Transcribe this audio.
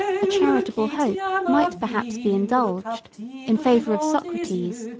a charitable hope might perhaps be indulged in favor of socrates,